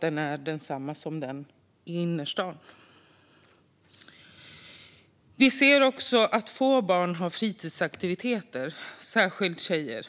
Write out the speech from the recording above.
är densamma som på skolorna i innerstaden. Vi ser också att få barn har fritidsaktiviteter. Det gäller särskilt tjejer.